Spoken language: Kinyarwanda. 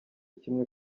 kimwe